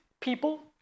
people